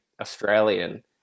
Australian